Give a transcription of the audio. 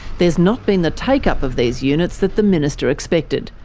there's not been the take-up of these units that the minister expected,